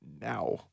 now